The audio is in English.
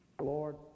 Lord